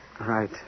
Right